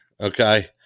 Okay